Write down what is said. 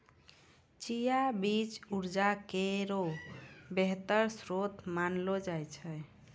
चिया बीज उर्जा केरो बेहतर श्रोत मानलो जाय छै